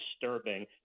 disturbing